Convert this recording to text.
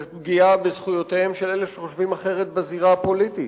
יש פגיעה בזכויותיהם של אלה שחושבים אחרת בזירה הפוליטית,